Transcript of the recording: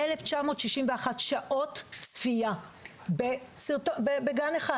1,961 שעות צפייה בגן אחד.